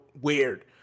weird